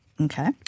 okay